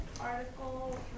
article